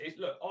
Look